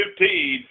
15